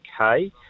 okay